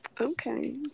Okay